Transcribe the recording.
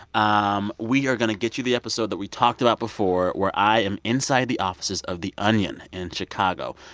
um we are going to get you the episode that we talked about before where i am inside the offices of the onion in chicago.